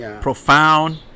profound